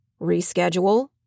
Reschedule